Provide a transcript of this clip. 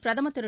பிரதமர் திரு